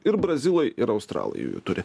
ir brazilai ir australai jųjų turi